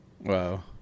Wow